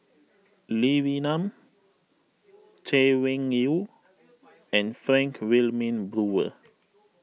Lee Wee Nam Chay Weng Yew and Frank Wilmin Brewer